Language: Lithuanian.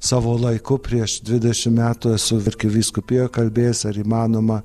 savo laiku prieš dvidešim metų esu arkivyskupijoj kalbėjęs ar įmanoma